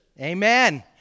amen